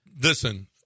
Listen